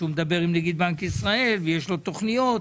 שהוא מדבר עם נגיד בנק ישראל ויש לו תוכניות.